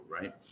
right